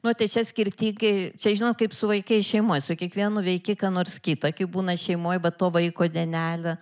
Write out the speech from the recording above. nu tai čia skirtingai čia žinot kaip su vaikais šeimoj su kiekvienu veiki ką nors kitą kaip būna šeimoj va to vaiko dienelė